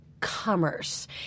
commerce